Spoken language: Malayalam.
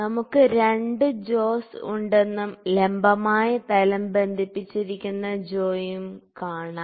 നമുക്ക് 2 ജോസ് ഉണ്ടെന്നും ലംബമായ തലം ബന്ധിപ്പിച്ചിരിക്കുന്ന ജോയും കാണാം